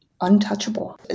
untouchable